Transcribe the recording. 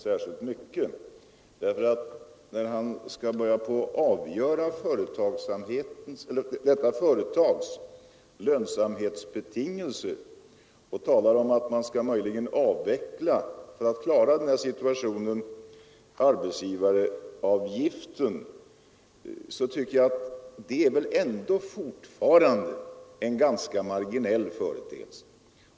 När det gäller att försöka bedöma detta företags lönsamhetsbetingelser och då herr Brundin säger att företagaren kanske måste avveckla det hela om arbetsgivaravgiften höjs, så är det väl ändå fortfarande fråga om en ganska marginell företeelse.